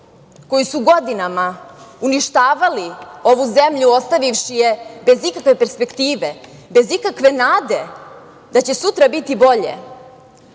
koji su godinama uništavali ovu zemlju ostavivši je bez ikakve perspektive, bez ikakve nade da će sutra biti bolje,